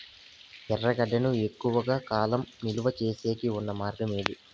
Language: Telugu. ఎర్రగడ్డ ను ఎక్కువగా కాలం నిలువ సేసేకి ఉన్న మార్గం ఏమి?